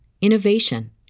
innovation